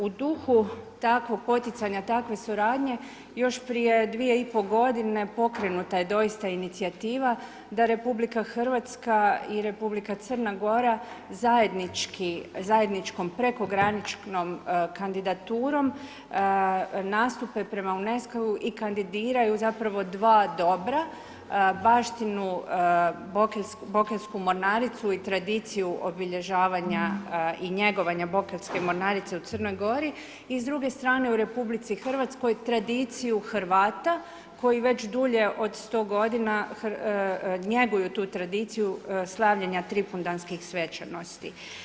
U duhu takvog poticanja takve suradnje, još prije 2,5 g. pokrenuta je dosita inicijativa da RH i Republika Crna Gora, zajedničkom prekograničnom kandidaturom, nastupe prema UNSECO-u i kandidiraju zapravo dva dobra, baštinu Bokeljsku mornaricu i tradiciju obilježavanja i njegovanje Bokeljske mornarice u Crnoj Gori i s druge strane u RH, tradiciju Hrvata, koji već dulje od 100 g. njeguju tu tradicija slavljenja Tripundanskih svečanosti.